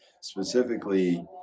specifically